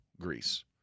Greece